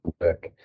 work